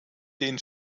den